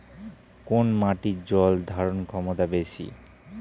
কোন মাটির জল ধারণ ক্ষমতা বেশি?